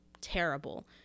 terrible